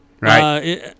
Right